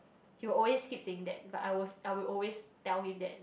he will always keep saying that but I was I will always tell him that